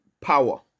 power